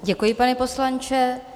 Děkuji, pane poslanče.